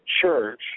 church